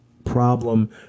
problem